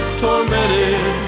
tormented